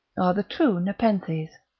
the true nepenthes.